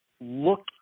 look